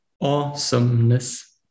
awesomeness